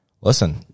listen